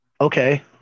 Okay